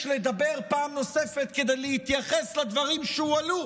לדבר פעם נוספת כדי להתייחס לדברים שהועלו,